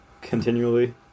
continually